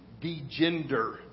de-gender